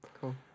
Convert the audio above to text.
Cool